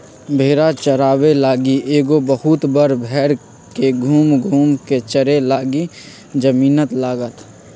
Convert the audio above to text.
भेड़ा चाराबे लागी एगो बहुत बड़ भेड़ के घुम घुम् कें चरे लागी जमिन्न लागत